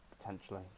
potentially